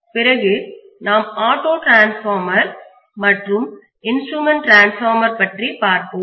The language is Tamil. பிறகு நாம் ஆட்டோ டிரான்ஸ்பார்மர் மற்றும் இன்ஸ்ட்ரூமென்ட் டிரான்ஸ்பார்மர் பற்றி பார்ப்போம்